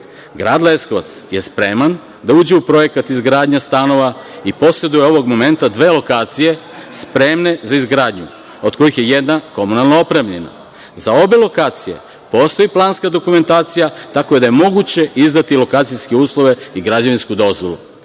Leskovac je spreman da uđe u projekat izgradnje stanova i poseduje ovog momenta dve lokacije spremne za izgradnju, od kojih je jedna komunalno opremljena. Za obe lokacije postoji planska dokumentacija, tako da je moguće izdati lokacijske uslove i građevinsku